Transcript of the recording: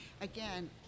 again